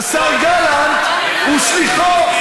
השר גלנט הוא שליחו,